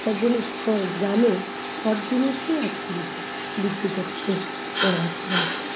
যার জন্য সব গ্রামে সব জিনিসই এখন বিদ্যুৎ বিদ্যুতের কাজে ব্যবহার করা হচ্ছে